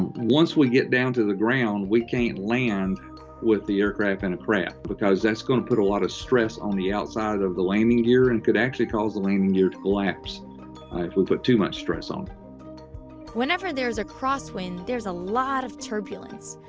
once we get down to the ground, we can't land with the aircraft in a crab, because that's gonna put a lot of stress on the outside of the landing gear, and could actually cause the landing gear to collapse if we put too much stress on whenever there is a crosswind, there's a lot of turbulence,